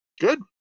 Good